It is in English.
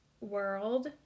world